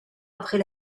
après